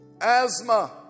asthma